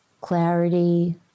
clarity